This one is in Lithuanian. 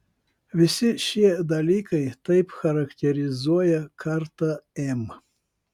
visi šie dalykai taip charakterizuoja kartą m